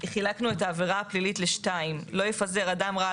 חילקנו את העבירה הפלילית לשתיים: "לא יפזר אדם רעל